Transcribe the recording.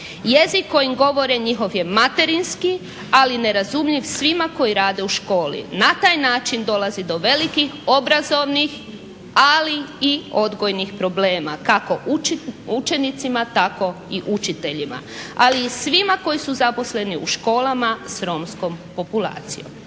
Jezik kojim govore njihove je materinski ali ne razumljiv svima koji rade u školi. Na taj način dolazi do velikih obrazovnih ali i odgojnih problema kako učenicima tako i učiteljima, ali i svima koji su zaposleni u školama s romskom populacijom.